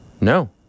No